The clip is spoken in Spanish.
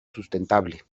sustentable